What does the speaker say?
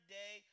day